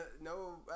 no